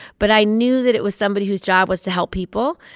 but i knew that it was somebody whose job was to help people.